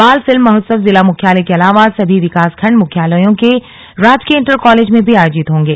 बाल फिल्म महोत्सव जिला मुख्यालय के अलावा सभी विकास खण्ड मुख्यालयों के राजकीय इंटर कालेज में भी आयोजित होंगे